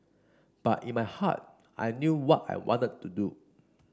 but in my heart I knew what I wanted to do